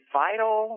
vital